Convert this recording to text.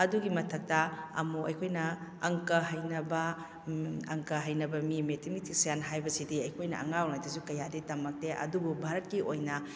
ꯑꯗꯨꯒꯤ ꯃꯊꯛꯇ ꯑꯃꯨꯛ ꯑꯩꯈꯣꯏꯅ ꯑꯪꯀ ꯍꯩꯅꯕ ꯑꯪꯀ ꯍꯩꯅꯕ ꯃꯤ ꯃꯦꯠꯊꯃꯦꯇꯤꯁꯤꯌꯥꯟ ꯍꯥꯏꯕꯁꯤꯗꯤ ꯑꯩꯈꯣꯏꯅ ꯑꯉꯥꯡ ꯑꯣꯏꯔꯤꯉꯩꯗꯁꯨ ꯀꯌꯥꯗꯤ ꯇꯝꯃꯛꯇꯦ ꯑꯗꯨꯕꯨ ꯚꯥꯔꯠꯀꯤ ꯑꯣꯏꯅ